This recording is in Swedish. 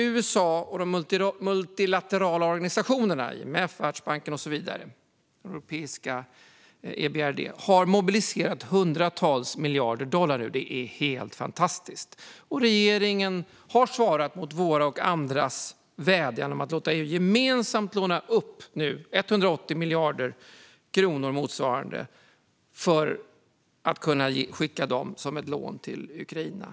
USA och de multilaterala organisationerna - IMF, Världsbanken, EBRD och så vidare - har mobiliserat hundratals miljarder dollar, och det är helt fantastiskt! Regeringen har svarat mot vår och andras vädjan om att gemensamt låna upp motsvarande 180 miljarder kronor för att kunna skicka dem som ett lån till Ukraina.